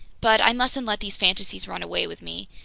but i mustn't let these fantasies run away with me!